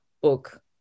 book